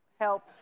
help